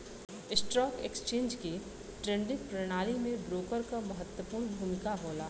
stock exchange के trading प्रणाली में ब्रोकर क महत्वपूर्ण भूमिका होला